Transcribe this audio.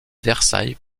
versailles